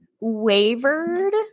wavered